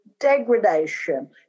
degradation